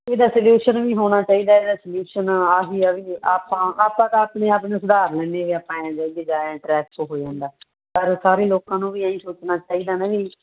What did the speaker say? ਇਹਦਾ ਸਲਿਊਸ਼ਨ ਵੀ ਹੋਣਾ ਚਾਹੀਦਾ ਇਹਦਾ ਸਲਿਊਸ਼ਨ ਆਹੀ ਆ ਵੀ ਆਪਾਂ ਆਪਾਂ ਤਾਂ ਆਪਣੇ ਆਪ ਨੂੰ ਸੁਧਾਰ ਲੈਂਦੇ ਵੀ ਆਪਾਂ ਐਂ ਜਾਈਏ ਜਾਂ ਐਂ ਟ੍ਰੈਫਿਕ ਹੋ ਜਾਂਦਾ ਪਰ ਸਾਰੇ ਲੋਕਾਂ ਨੂੰ ਵੀ ਇਹੀ ਸੋਚਣਾ ਚਾਹੀਦਾ ਨਾ ਵੀ